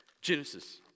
Genesis